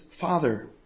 Father